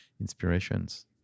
inspirations